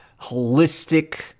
holistic